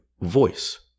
voice